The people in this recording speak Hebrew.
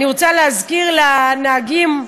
אני רוצה להזכיר לנהגים,